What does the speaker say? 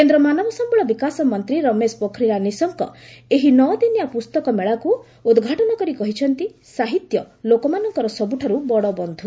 କେନ୍ଦ୍ର ମାନବସମ୍ଭଳ ବିକାଶ ମନ୍ତ୍ରୀ ରମେଶ ପୋଖରିଆଲ୍ ନିଶଙ୍କ ଏହି ନଅଦିନିଆ ପୁସ୍ତକ ମେଳାକୁ ଉଦ୍ଘାଟନ କରି କହିଛନ୍ତି ସାହିତ୍ୟ ଲୋକମାନଙ୍କର ସବୁଠାରୁ ବଡ଼ ବନ୍ଧୁ